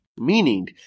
Meaning